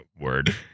word